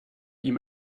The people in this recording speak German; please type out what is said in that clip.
ihm